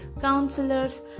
counselors